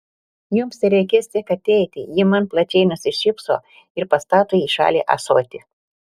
jums tereikės tik ateiti ji man plačiai nusišypso ir pastato į šalį ąsotį